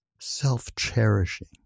self-cherishing